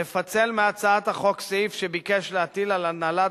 לפצל מהצעת החוק סעיף שביקש להטיל על הנהלת